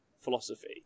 philosophy